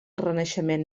renaixement